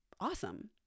awesome